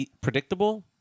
predictable